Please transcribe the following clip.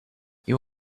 you